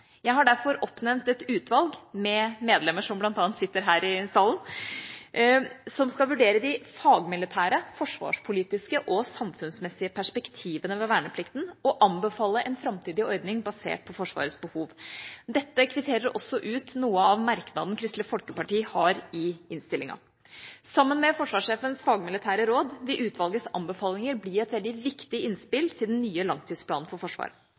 Jeg har derfor oppnevnt et utvalg med medlemmer som bl.a. sitter her i salen, som skal vurdere de fagmilitære, forsvarspolitiske og samfunnsmessige perspektivene ved verneplikten og anbefale en framtidig ordning basert på Forsvarets behov. Dette kvitterer også ut noe av merknaden Kristelig Folkeparti har i innstillingen. Sammen med forsvarssjefens fagmilitære råd vil utvalgets anbefalinger bli et veldig viktig innspill til den nye langtidsplanen for Forsvaret.